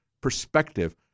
perspective